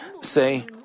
say